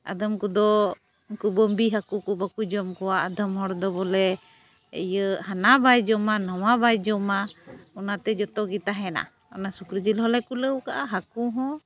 ᱟᱫᱚᱢ ᱠᱚᱫᱚ ᱩᱝᱠᱚ ᱵᱟᱺᱵᱤ ᱦᱟᱠᱩᱠᱚ ᱵᱟᱠᱚ ᱡᱚᱢ ᱠᱚᱣᱟ ᱟᱫᱚᱢ ᱦᱚᱲᱫᱚ ᱵᱚᱞᱮ ᱤᱭᱟᱹ ᱦᱟᱱᱟ ᱵᱟᱭ ᱡᱚᱢᱟ ᱱᱚᱣᱟ ᱵᱟᱭ ᱡᱚᱢᱟ ᱚᱱᱟᱛᱮ ᱡᱚᱛᱚᱜᱮ ᱛᱟᱦᱮᱱᱟ ᱚᱱᱟ ᱥᱩᱠᱨᱤ ᱡᱤᱞᱦᱚᱸᱞᱮ ᱠᱩᱞᱟᱹᱣᱠᱟᱜᱼᱟ ᱦᱟᱠᱩᱦᱚᱸ